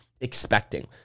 expecting